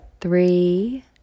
three